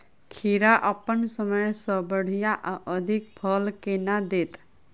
खीरा अप्पन समय सँ बढ़िया आ अधिक फल केना देत?